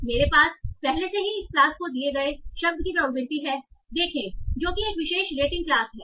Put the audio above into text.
मेरे पास पहले से ही इस क्लास को दिए गए शब्द की प्रोबेबिलिटी है देखें जो कि एक विशेष रेटिंग क्लास है